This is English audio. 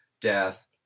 death